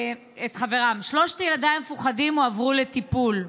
שלושת ילדיי המפוחדים הועברו לטיפול.